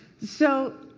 so,